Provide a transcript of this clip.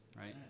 right